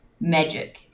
Magic